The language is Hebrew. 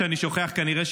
שאני שוכח כנראה,